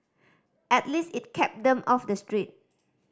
at least it kept them off the street